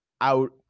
out